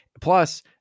Plus